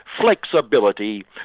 flexibility